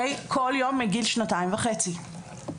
כל יום מגיל שנתיים וחצי.